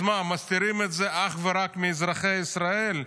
אז מה, מסתירים את זה אך ורק מאזרחי ישראל?